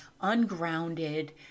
ungrounded